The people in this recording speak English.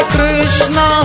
Krishna